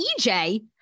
EJ